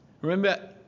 Remember